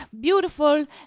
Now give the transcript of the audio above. beautiful